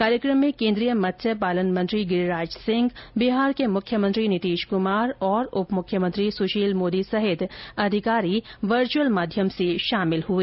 कार्यक्रम में केन्द्रीय मत्स्य पालन मंत्री गिरिराज सिंह बिहार के मुख्यमंत्री नीतिश कुमार और उप मुख्यमंत्री सुशील मोदी सहित अधिकारीगण वर्चअल माध्यम से शामिल हुए